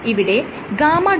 ഇവിടെ γ